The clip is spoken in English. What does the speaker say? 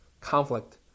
conflict